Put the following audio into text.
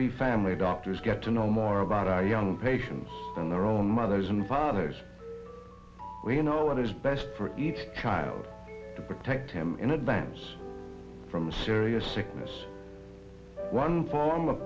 we family doctors get to know more about our young patients and their own mothers and fathers we know what is best for each child to protect him in advance from serious sickness one form of